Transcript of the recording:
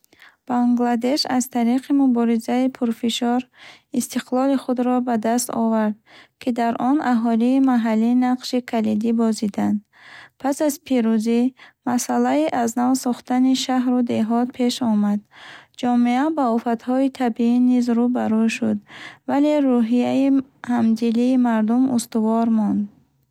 Бангладеш аз тариқи муборизаи пурфишор истиқлоли худро ба даст овард, ки дар он аҳолии маҳаллӣ нақши калидӣ бозиданд. Пас аз пирӯзӣ, масъалаи аз нав сохтани шаҳру деҳот пеш омад. Ҷомеа бо офатҳои табиӣ низ рӯ ба рӯ шуд, вале рӯҳияи ҳамдилии мардум устувор монд.